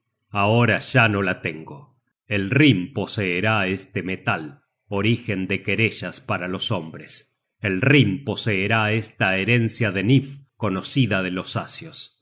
ahora ya no la tengo el rhin poseerá este metal origen de querellas para los hombres el rhin poseerá esta herencia de nifl conocida de los asios